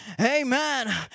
amen